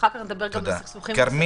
אחר כך נדבר גם על סכסוכים נוספים.